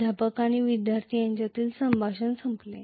प्राध्यापक आणि विद्यार्थी यांच्यात संभाषण संपले